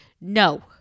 no